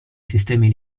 sistemi